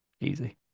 Easy